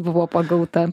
buvo pagauta